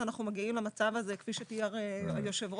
אנחנו מגיעים למצב הזה כפי שתיאר היושב-ראש,